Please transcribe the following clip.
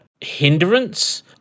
hindrance